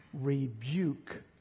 rebuke